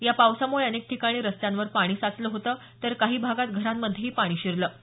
या पावसामुळे अनेक ठिकाणी रस्त्यांवर पाणी साचलं होतं तर काही भागात घरांमध्येही पाणी शिरलं होतं